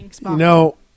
No